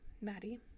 Maddie